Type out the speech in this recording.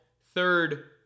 third